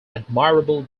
admirable